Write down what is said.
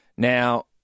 Now